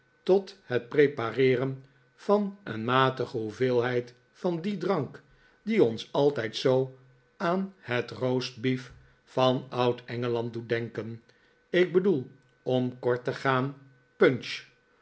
tot het prepareeren van een matige hoeveelheid van dien drank die ons altijd zoo aan het roastbeef van oud-engeland doet denken ik bedoel om kort te gaan punch